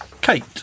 Kate